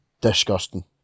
disgusting